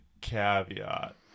caveat